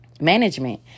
management